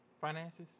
Finances